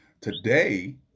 Today